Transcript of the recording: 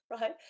right